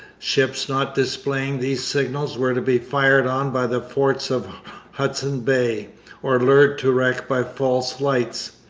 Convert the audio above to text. ships not displaying these signals were to be fired on by the forts of hudson bay or lured to wreck by false lights.